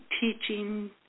teaching